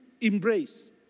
embrace